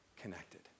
connected